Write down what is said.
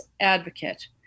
advocate